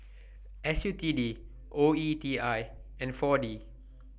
S U T D O E T I and four D